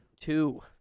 two